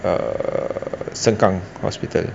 err sengkang hospital